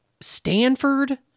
Stanford